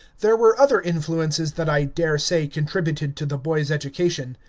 there were other influences that i daresay contributed to the boy's education.